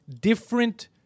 different